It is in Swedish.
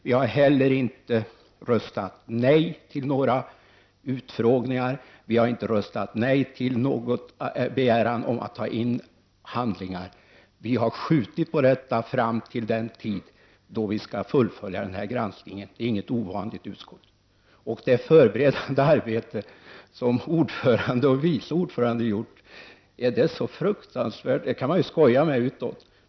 Vi har heller inte sagt nej till några utfrågningar. Vi har inte sagt nej till någon begäran om att ta in handlingar. Vi har skjutit på detta fram till den tidpunkt då vi skall fullfölja denna granskning. Det är inget ovanligt i utskottet. Det förberedande arbete som ordföranden och vice ordföranden har gjort, är det så fruktansvärt? Det kan man skoja med utåt.